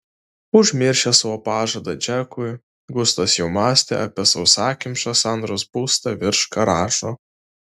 užmiršęs savo pažadą džekui gustas jau mąstė apie sausakimšą sandros būstą virš garažo